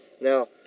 now